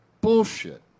Bullshit